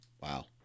wow